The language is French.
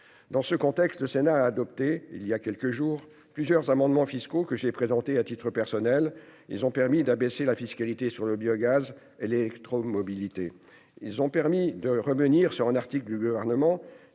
Dans ce contexte, le Sénat a adopté voilà quelques jours plusieurs amendements fiscaux, que j'ai présentés à titre personnel. Ils ont permis d'abaisser la fiscalité sur le biogaz et l'électromobilité, mais également de revenir sur un article du Gouvernement